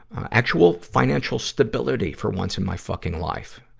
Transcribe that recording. actual financial stability, for once in my fucking life.